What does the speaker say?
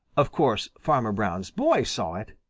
of course, farmer brown's boy saw it.